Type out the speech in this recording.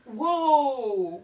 !whoa!